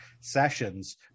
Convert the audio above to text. sessions